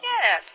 Yes